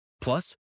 Plus